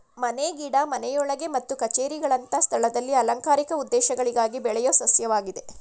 ಮನೆ ಗಿಡ ಮನೆಯೊಳಗೆ ಮತ್ತು ಕಛೇರಿಗಳಂತ ಸ್ಥಳದಲ್ಲಿ ಅಲಂಕಾರಿಕ ಉದ್ದೇಶಗಳಿಗಾಗಿ ಬೆಳೆಯೋ ಸಸ್ಯವಾಗಿದೆ